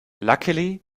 luckily